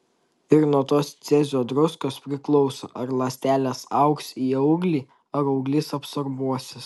ir nuo tos cezio druskos priklauso ar ląstelės augs į auglį ar auglys absorbuosis